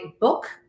book